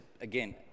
again